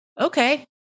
okay